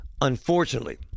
Unfortunately